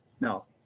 Now